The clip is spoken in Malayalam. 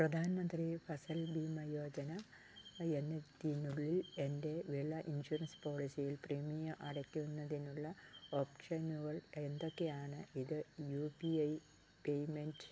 പ്രധാൻ മന്ത്രി ഫസൽ ഭീമ യോജന എന്നതിനുള്ളിൽ എൻ്റെ വിള ഇൻഷുറൻസ് പോളിസിയിൽ പ്രീമിയ അടയ്ക്കുന്നതിനുള്ള ഓപ്ഷനുകൾ എന്തൊക്കെയാണ് ഇത് യു പി ഐ പേയ്മെൻ്റ്